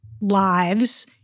lives